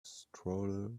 stroller